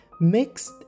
mixed